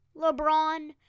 LeBron